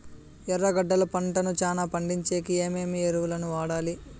ఎర్రగడ్డలు పంటను చానా పండించేకి ఏమేమి ఎరువులని వాడాలి?